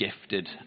gifted